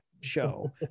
show